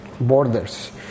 borders